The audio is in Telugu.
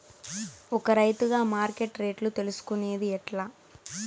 ఒక రైతుగా మార్కెట్ రేట్లు తెలుసుకొనేది ఎట్లా?